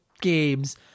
games